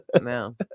no